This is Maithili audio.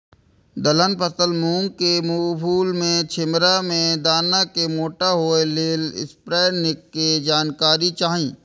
दलहन फसल मूँग के फुल में छिमरा में दाना के मोटा होय लेल स्प्रै निक के जानकारी चाही?